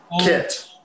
kit